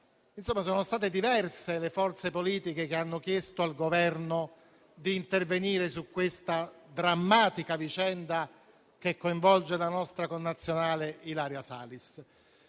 Camera. Sono state diverse le forze politiche che hanno chiesto al Governo di intervenire sulla drammatica vicenda che coinvolge la nostra connazionale Ilaria Salis.